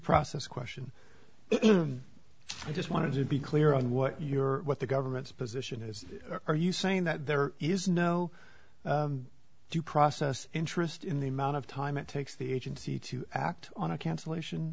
process question i just want to be clear on what your what the government's position is are you saying that there is no due process interest in the amount of time it takes the agency to act on a cancellation